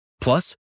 Plus